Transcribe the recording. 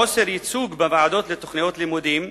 חוסר ייצוג בוועדות לתוכניות לימודים,